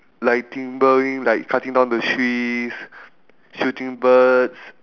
like timbering like cutting down the trees shooting birds